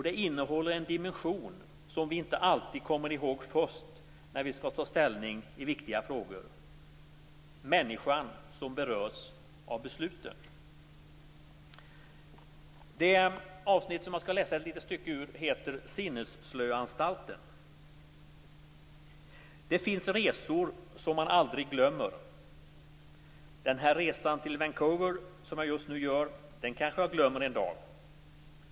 Det innehåller en dimension som vi inte alltid kommer ihåg när vi skall ta ställning i viktiga frågor - människan som berörs av besluten. Det avsnitt jag skall läsa ur heter Sinnesslöanstalten. "Det finns resor man aldrig glömmer. Den här resan till Vancouver som jag just nu gör, den kanske jag glömmer en dag.